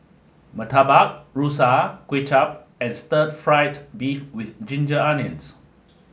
murtabak rusa kuay chap and stir fried beef with ginger onions